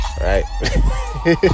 right